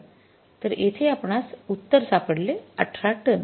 तर येथे आपणास उत्तर सापडले १८ टन